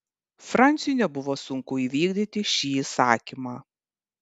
franciui nebuvo sunku įvykdyti šį įsakymą